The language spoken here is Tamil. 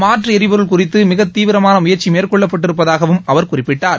மாற்று எரிபொருள் குறித்து மிகத் தீவிரமான முயற்சி மேற்கொள்ளப் பட்டிருப்பதாகவும் அவர் குறிப்பிட்டார்